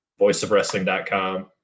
voiceofwrestling.com